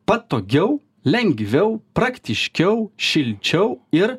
patogiau lengviau praktiškiau šilčiau ir